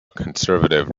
conservative